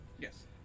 Yes